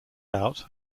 out